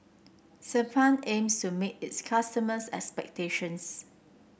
sebamed aims to meet its customers' expectations